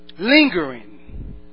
Lingering